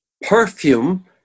Perfume